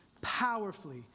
powerfully